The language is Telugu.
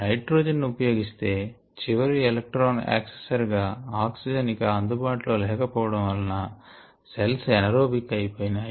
నైట్రోజెన్ ఉపయోగిస్తే చివరి ఎలెక్ట్రాన్ యాక్సెప్టార్ గా ఆక్సిజన్ ఇక అందుబాటులో లేకపోవడం వలన సెల్స్ ఎనరోబిక్ అయిపోయినాయి